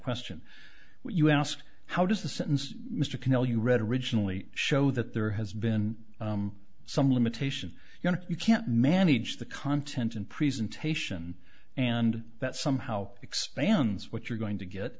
question when you ask how does the sentence mr canal you read originally show that there has been some limitation you know you can't manage the content and presentation and that somehow expands what you're going to get